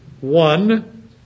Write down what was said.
one